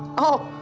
oh.